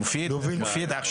מופיד,